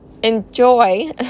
enjoy